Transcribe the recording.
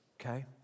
Okay